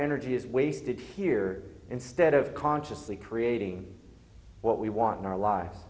energy as we sit here instead of consciously creating what we want in our life